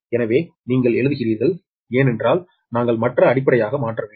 எனவே நீங்கள் எழுதுகிறீர்கள் ஏனென்றால் நாங்கள் மற்ற அடிப்படையாக மாற்ற வேண்டும்